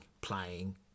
playing